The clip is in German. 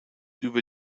über